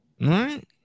Right